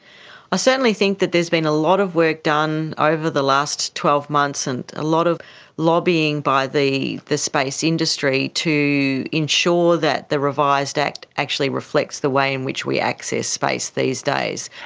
ah certainly think that there's been a lot of work done over the last twelve months and a lot of lobbying by the the space industry to ensure that the revised act actually reflects the way in which we access space these days.